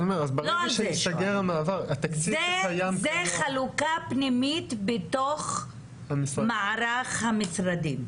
זה חלוקה פנימית בתוך מערך המשרדים.